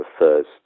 refers